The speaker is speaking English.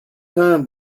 time